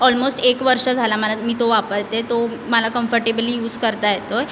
almost एक वर्ष झाला मला मी तो वापरते आहे तो मला कम्फर्टेबली यूज करता येतो आहे